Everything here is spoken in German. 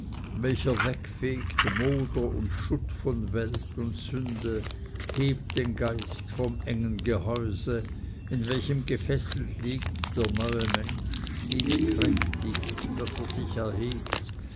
welcher wegfegt moder und schnitt von welt und sünde hebt den stein vom engen gehäuse in welchem gefesselt liegt der neue mensch ihn kräftigt daß er sich erhebt